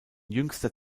jüngster